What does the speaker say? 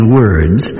words